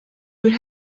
would